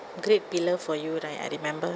great pillar for you right I remember